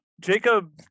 Jacob